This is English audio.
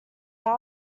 that